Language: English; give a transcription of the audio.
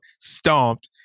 stomped